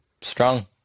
Strong